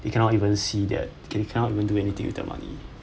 they cannot even see that they cannot even do anything with the money